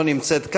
לא נמצאת כאן,